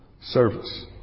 service